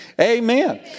Amen